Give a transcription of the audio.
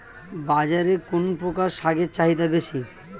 বাজারে কোন প্রকার শাকের চাহিদা বেশী?